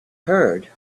heard